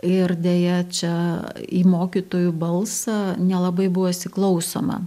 ir deja čia į mokytojų balsą nelabai buvo įsiklausoma